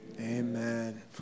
Amen